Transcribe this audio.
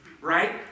right